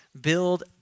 Build